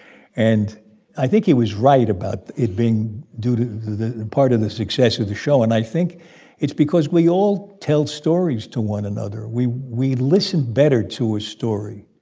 and i think he was right about it being due to part of the success of the show. and i think it's because we all tell stories to one another. we we listen better to a story.